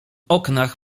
oknach